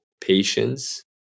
patience